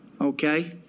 okay